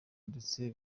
ndetse